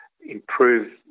improve